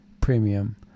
premium